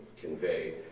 convey